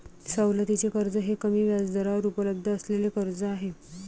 सवलतीचे कर्ज हे कमी व्याजदरावर उपलब्ध असलेले कर्ज आहे